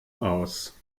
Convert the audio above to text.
aus